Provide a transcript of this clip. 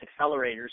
accelerators